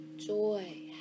Joy